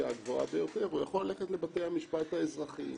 הגבוהה ביותר ויכול ללכת לבתי המפשט האזרחיים.